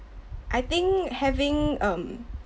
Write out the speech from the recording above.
I think having um